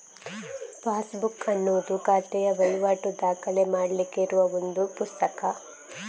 passbook ಅನ್ನುದು ಖಾತೆಯ ವೈವಾಟು ದಾಖಲೆ ಮಾಡ್ಲಿಕ್ಕೆ ಇರುವ ಒಂದು ಪುಸ್ತಕ